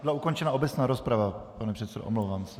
Byla ukončena obecná rozprava, pane předsedo, omlouvám se.